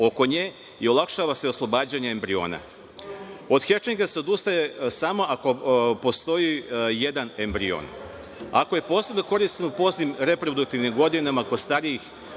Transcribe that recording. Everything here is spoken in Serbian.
oko nje i olakšava se oslobađanje embriona. Od hečinga se odustaje samo ako postoji jedan embrion. Ovu metodu posebno koristimo u poznim reproduktivnim godinama kod starijih